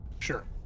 Sure